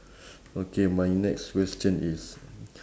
okay my next question is